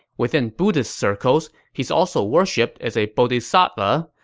within buddhist circles, he's also worshipped as a bodhisattva,